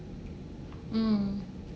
mm